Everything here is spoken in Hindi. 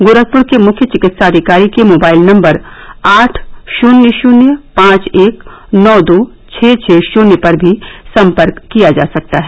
गोरखपुर के मुख्य चिकित्साधिकारी के मोबाइल नम्बर आठ शून्य शून्य पांच एक नौ दो छः छः शून्य पर भी संपर्क किया जा सकता है